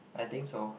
I think so